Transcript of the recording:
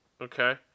okay